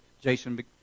Jason